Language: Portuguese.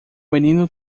menino